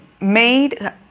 made